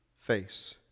face